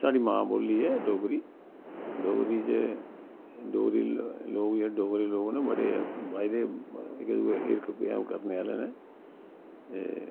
साढ़ी मां बोल्ली ऐ डोगरी डोगरी च डोगरी लोग डोगरे लोग न जेह्ड़े बड़े बायदे हिरख प्रेम करने आह्ले नै ते